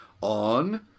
on